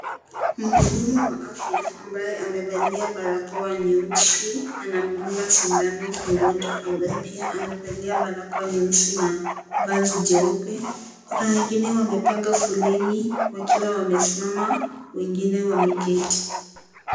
Mhudumu wa afya ambaye amevalia barakoa nyeusi anamdunga sindano mgonjwa ambaye pia amevalia barakoa nyeusi na vazi jeupe kuna wengine wamepanga foleni wakiwa wamesimama wengine wameketi.